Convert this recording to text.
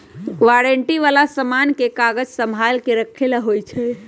warranty वाला समान के कागज संभाल के रखे ला होई छई